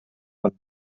fan